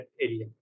area